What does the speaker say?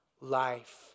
life